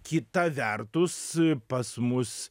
kita vertus pas mus